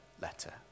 letter